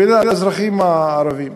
האזרחים הערבים: